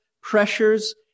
pressures